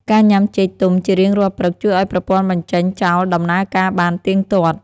ការញ៉ាំចេកទុំជារៀងរាល់ព្រឹក ជួយឱ្យប្រព័ន្ធបញ្ចេញចោលដំណើរការបានទៀងទាត់។